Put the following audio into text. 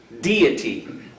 deity